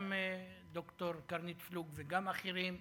גם ד"ר קרנית פלוג וגם אחרים.